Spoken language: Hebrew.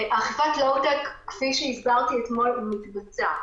כפי שהסברתי אתמול, אכיפת לואו-טק מתבצעת.